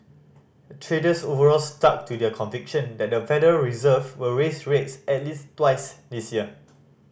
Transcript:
traders overall stuck to their conviction that the Federal Reserve will raise rates at least twice this year